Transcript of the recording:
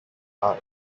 are